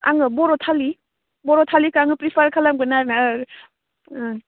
आङो बर' थालि बर' थालिखो आङो प्रिफार खालामगोन आरोना ओं